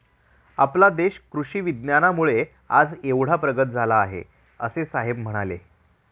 आपला देश कृषी विज्ञानामुळे आज एवढा प्रगत झाला आहे, असे साहेब म्हणाले